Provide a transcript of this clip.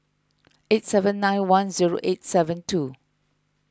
eight seven nine one zero eight seven two